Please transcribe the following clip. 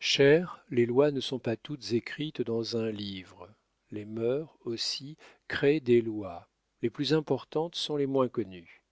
cher les lois ne sont pas toutes écrites dans un livre les mœurs aussi créent des lois les plus importantes sont les moins connues